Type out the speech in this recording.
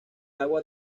agua